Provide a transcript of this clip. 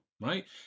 right